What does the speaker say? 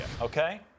okay